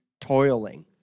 toiling